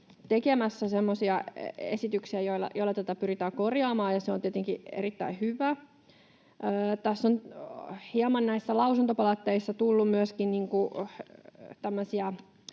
semmoisia esityksiä, joilla tätä pyritään korjaamaan, ja se on tietenkin erittäin hyvä. Tässä on näissä lausuntopalautteissa hieman